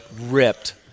Ripped